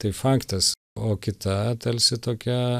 tai faktas o kita tarsi tokia